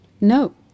No